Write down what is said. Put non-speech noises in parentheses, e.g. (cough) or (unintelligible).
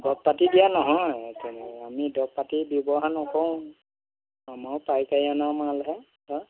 দৰব পাতি দিয়া নহয় (unintelligible) আমি দৰব পাতি ব্যৱহাৰ নকৰোঁ আমাৰো পাইকাৰী অনা মালহে